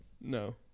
No